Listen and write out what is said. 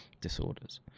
disorders